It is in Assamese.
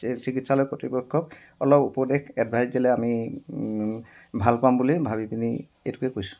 যে চিকিৎসালয় কৰ্তৃপক্ষক অলপ উপদেশ এডভাইচ দিলে আমি ভাল পাম বুলি ভাবি পিনি এইটোকে কৈছোঁ